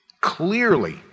Clearly